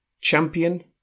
champion